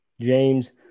James